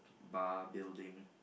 bar building